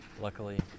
luckily